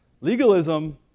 Legalism